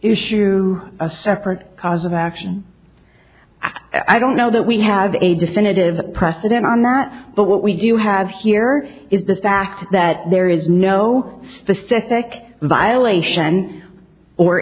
issue a separate cause of action i don't know that we have a definitive precedent on that but what we do have here is the fact that there is no specific violation or